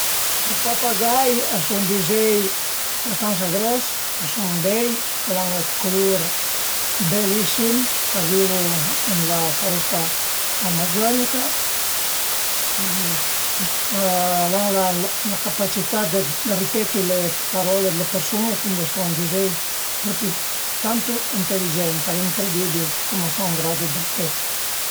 I papagai a sun d'üzei abastansa gros, a sun bei, al an dë culur belissim, a vivu ën la foresta amazzonica al an la capacità dë ripeti le parole d'le persun-e cuindi a sun d'üzei tantu inteligent, al e incredibil cum a sun ën graddu dë ripeti